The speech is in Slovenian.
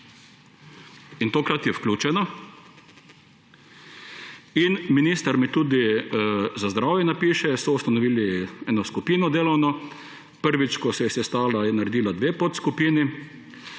In tokrat je vključeno. Minister za zdravje napiše, so ustanovili delovno skupino. Prvič, ko se je sestala, je naredila dve podskupini